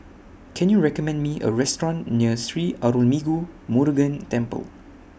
Can YOU recommend Me A Restaurant near Sri Arulmigu Murugan Temple